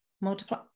Multiply